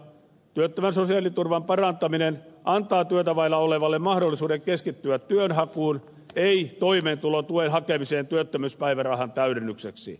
työttömän sosiaaliturvan parantaminen antaa työtä vailla olevalle mahdollisuuden keskittyä työnhakuun ei toimeentulotuen hakemiseen työttömyyspäivärahan täydennykseksi